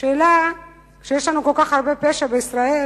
יש לנו כל כך הרבה פשע בישראל.